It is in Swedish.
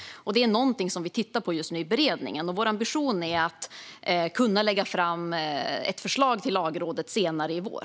Detta är någonting som vi just nu tittar på i beredningen. Vår ambition är att kunna lägga fram ett förslag till Lagrådet senare i vår.